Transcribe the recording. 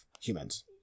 humans